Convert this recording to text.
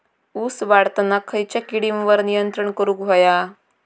ऊस वाढताना खयच्या किडींवर नियंत्रण करुक व्हया?